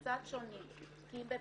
קצת שונים כי אם ב-PTSD,